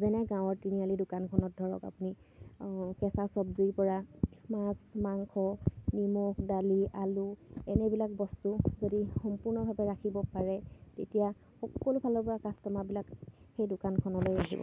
যেনে গাঁৱৰ তিনিআলি দোকানখনত ধৰক আপুনি কেঁচা চবজিৰপৰা মাছ মাংস নিমখ দালি আলু এনেবিলাক বস্তু যদি সম্পূৰ্ণভাৱে ৰাখিব পাৰে তেতিয়া সকলোফালৰপৰা কাষ্টমাৰবিলাক সেই দোকানখনলৈ আহিব